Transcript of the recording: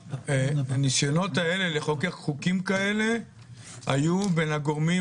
שהניסיונות לחוקק חוקים כאלה היו בין הגורמים